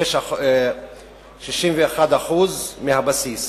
4.61% מהבסיס.